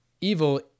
evil